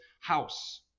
house